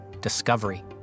discovery